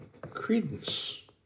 credence